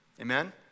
Amen